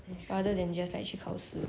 rather than just like 去考试